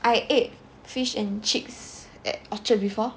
I ate fish and chips at orchard before